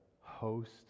host